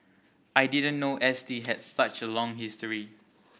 I didn't know S T had such a long history